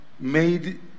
made